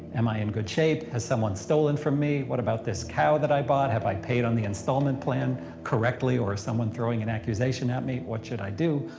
am i in good shape? has someone stolen from me? what about this cow that i bought? have i paid on the installment plan correctly? or is someone throwing an accusation at me? what should i do?